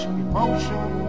emotion